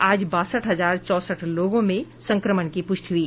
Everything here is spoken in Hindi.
आज बासठ हजार चौंसठ लोगों में संक्रमण की प्रष्टि हुई